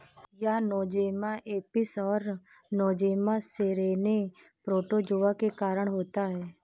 यह Nosema apis और Nosema ceranae protozoa के कारण होता है